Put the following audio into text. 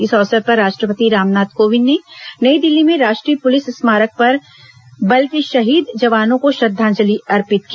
इस अवसर पर राष्ट्रपति रामनाथ कोविंद ने नई दिल्ली में राष्ट्रीय पुलिस स्मारक पर बल के शहीद जवानों को श्रद्वांजलि अर्पित की